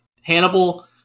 Hannibal